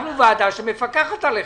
אנחנו ועדה שמפקחת עליכם.